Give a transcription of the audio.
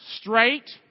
straight